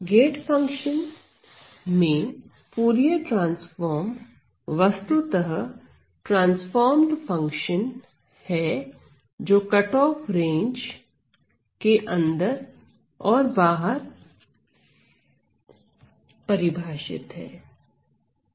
gate function में Fourier transform वस्तुतः transformed function है जो कि कट ऑफ रेंज के अंदर और बाहर परिभाषित है